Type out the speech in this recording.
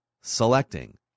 Selecting